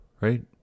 right